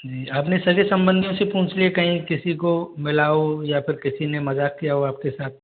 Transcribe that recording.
जी आपने सगे संबंधियों से पूछ लिया कहीं किसी को मिला हो या फिर किसी ने मजाक किया हो आपके साथ